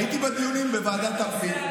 הייתי בדיונים בוועדת הפנים.